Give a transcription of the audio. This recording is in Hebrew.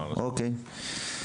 אוקיי.